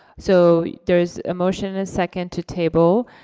so, there's a motion and second to table,